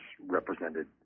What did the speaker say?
represented